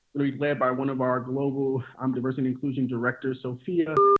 will be led by one of our global um diversity inclusion directors, sophia.